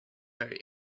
very